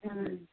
हाँ